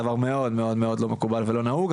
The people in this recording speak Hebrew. דבר מאוד מאוד לא מקובל ולא נוהג.